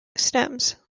stems